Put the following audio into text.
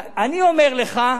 אני אומר לך,